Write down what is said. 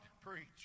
preach